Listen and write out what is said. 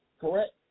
correct